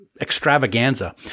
extravaganza